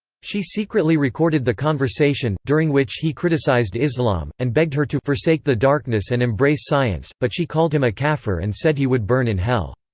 she secretly recorded the conversation, during which he criticised islam, and begged her to forsake the darkness and embrace science, but she called him a kafir and said he would burn in hell.